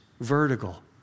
vertical